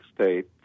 state